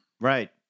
right